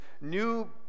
new